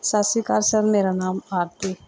ਸਤਿ ਸ਼੍ਰੀ ਅਕਾਲ ਸਰ ਮੇਰਾ ਨਾਮ ਆਰਤੀ